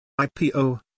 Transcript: IPO